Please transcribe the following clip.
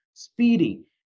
speedy